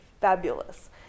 fabulous